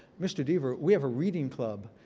mr. deaver, we have a reading club,